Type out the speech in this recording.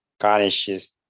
garnishes